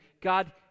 God